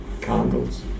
candles